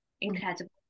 incredible